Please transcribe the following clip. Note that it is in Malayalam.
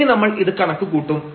ഇനി നമ്മൾ ഇത് കണക്ക് കൂട്ടും